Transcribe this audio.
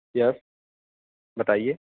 یس بتائیے